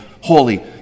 Holy